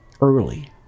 early